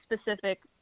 specific